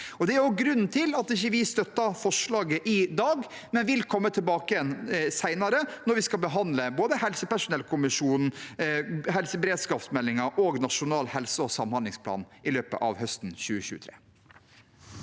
Det er også grunnen til at vi ikke støtter forslaget i dag, men vil komme tilbake senere når vi skal behandle både helsepersonellkommisjonens utredning, helseberedskapsmeldingen og Nasjonal helse- og samhandlingsplan i løpet av høsten 2023.